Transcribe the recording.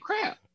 crap